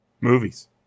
Movies